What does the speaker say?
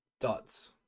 Dots